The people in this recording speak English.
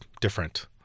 different